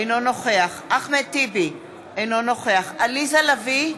אינו נוכח אחמד טיבי, אינו נוכח עליזה לביא,